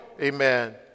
amen